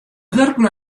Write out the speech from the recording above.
wurken